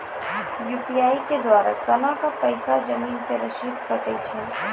UPI के द्वारा केना कऽ पैसा जमीन के रसीद कटैय छै?